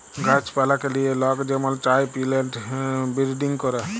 গাহাছ পালাকে লিয়ে লক যেমল চায় পিলেন্ট বিরডিং ক্যরে